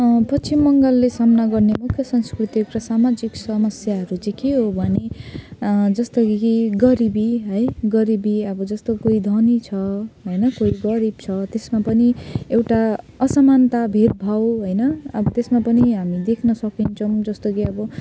पश्चिम बङ्गालले सामना गर्ने मुख्य सांस्कृतिक र सामाजिक समस्याहरू चाहिँ के हो भने जस्तो कि कि गरिबी है गरिबी अब जस्तो कोही धनी छ होइन कोही गरिब छ त्यसमा पनि एउटा असामानता भेदभाव होइन अब त्यसमा पनि हामी देख्न सकिन्छ जस्तो कि अब